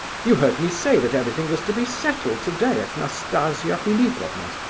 you heard me say that everything was to be settled today at nastasia philipovna's,